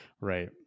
Right